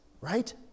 right